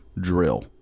Drill